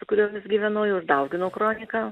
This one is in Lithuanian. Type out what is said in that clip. su kuriomis gyvenau jau ir dauginau kroniką